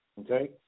okay